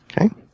okay